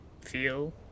feel